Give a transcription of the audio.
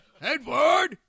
Edward